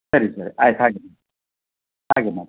ಸರಿ ಸರಿ ಆಯ್ತು ಹಾಗೆ ಹಾಗೇ ಮಾಡಿ